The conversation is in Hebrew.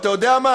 ואתה יודע מה?